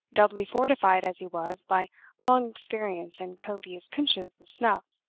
doubly fortified as he was by long experience and copious pinches of snuff,